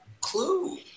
clue